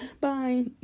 bye